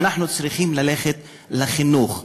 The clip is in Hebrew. אנחנו צריכים ללכת לחינוך.